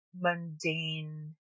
mundane